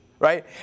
Right